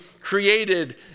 created